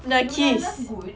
luna lovegood